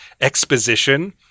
exposition